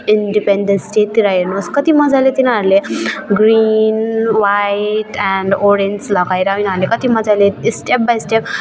इन्डिपेन्डेन्सडेतिर हेर्नु होस् कति मजाले तिनीहरूले ग्रिन वाइट एन्ड ओरेन्ज लगाएर यिनीहरूले कति मजाले स्टेप बाइ स्टेप